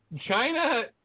China